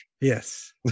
Yes